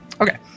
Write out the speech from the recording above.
Okay